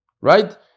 Right